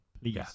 please